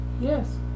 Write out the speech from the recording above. Yes